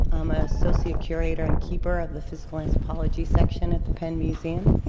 i'm ah associate curator and keeper of the physical anthropology section at the penn museum.